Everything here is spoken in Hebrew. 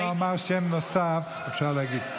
אם הוא לא אמר שם נוסף, אפשר להגיד.